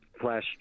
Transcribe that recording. Flash